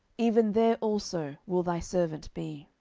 even there also will thy servant be.